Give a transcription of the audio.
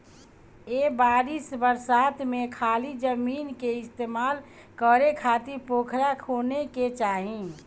ए बरिस बरसात में खाली जमीन के इस्तेमाल करे खातिर पोखरा खोने के चाही